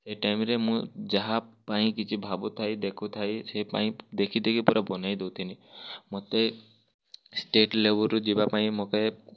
ସେ ଟାଇମ୍ରେ ମୁଁ ଯାହା ପାଇଁ କିଛି ଭାବୁ ଥାଏ ଦେଖୁ ଥାଏ ସେ ପାଇଁ ଦେଖି ଦେଖି ପୁରା ବନେଇ ଦଉଁଥିଲି ମତେ ଷ୍ଟେଟ୍ ଲେବୁଲ୍ରୁ ଯିବା ପାଇଁ ମତେ